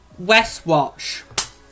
Westwatch